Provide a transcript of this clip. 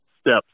steps